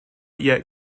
yet